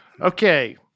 Okay